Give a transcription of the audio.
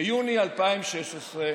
ביוני 2016,